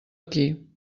aquí